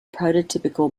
prototypical